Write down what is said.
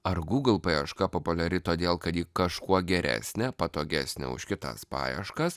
ar google paieška populiari todėl kad ji kažkuo geresnė patogesnė už kitas paieškas